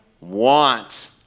want